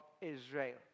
Israel